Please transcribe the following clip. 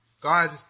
God